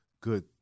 good